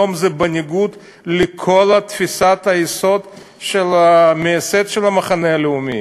זה בניגוד לכל תפיסת היסוד של מייסד המחנה הלאומי.